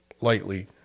lightly